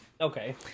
Okay